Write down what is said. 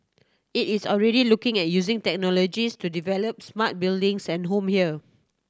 it is already looking at using technologies to developing smart buildings and home here